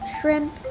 shrimp